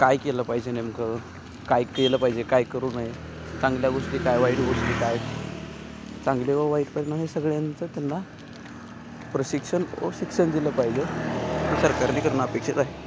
काय केलं पाहिजे नेमकं काय केलं पाहिजे काय करू नये चांगल्या गोष्टी काय वाईट गोष्टी काय चांगले व वाईट परिणाम हे सगळ्यांचं त्यांना प्रशिक्षण व शिक्षण दिलं पाहिजे हे सरकारने करणं अपेक्षित आहे